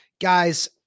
guys